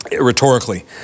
rhetorically